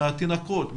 מהתינוקות,